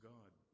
God